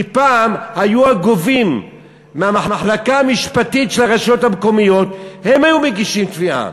כי פעם הגובים מהמחלקה המשפטית של הרשויות המקומיות היו מגישים תביעה,